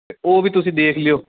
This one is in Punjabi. ਅਤੇ ਉਹ ਵੀ ਤੁਸੀਂ ਦੇਖ ਲਿਓ